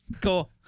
cool